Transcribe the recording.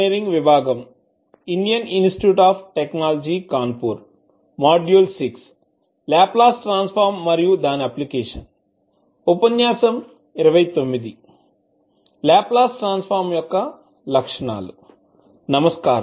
నమస్కారం